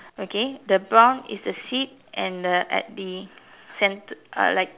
okay the brown is the seat and the at the center uh like